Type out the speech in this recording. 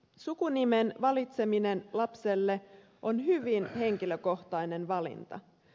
sukunimen valitseminen lapselle on hyvin henkilökohtainen valinta